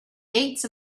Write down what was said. gates